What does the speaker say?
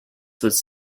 was